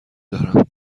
دارم